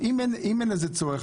אם אין לזה צורך,